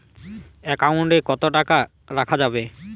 Account কত টাকা রাখা যাবে?